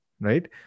right